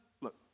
look